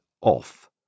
off